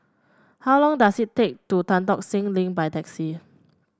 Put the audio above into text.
how long does it take to Tan Tock Seng Link by taxi